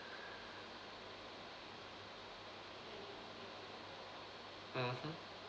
mmhmm